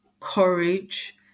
courage